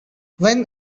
when